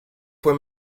fue